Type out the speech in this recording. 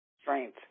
strength